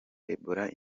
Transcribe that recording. ebola